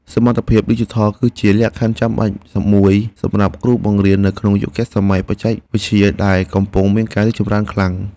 សមត្ថភាពឌីជីថលគឺជាលក្ខខណ្ឌចាំបាច់មួយសម្រាប់គ្រូបង្រៀននៅក្នុងយុគសម័យបច្ចេកវិទ្យាដែលកំពុងមានការរីកចម្រើនខ្លាំង។